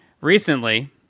recently